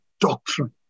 Doctrine